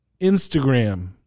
Instagram